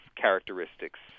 characteristics